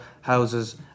houses